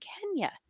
Kenya